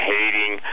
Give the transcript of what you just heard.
hating